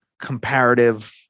comparative